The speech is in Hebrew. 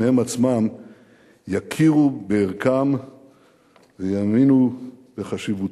הם עצמם יכירו בערכם ויאמינו בחשיבותם".